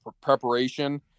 preparation